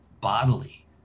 bodily